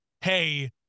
hey